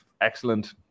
excellent